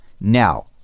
Now